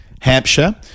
Hampshire